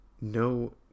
no